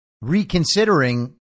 reconsidering